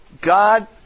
God